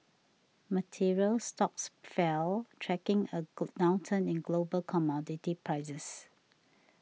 materials stocks fell tracking a go downturn in global commodity prices